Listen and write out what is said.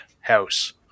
house